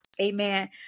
amen